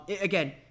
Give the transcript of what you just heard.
again